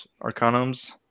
Arcanums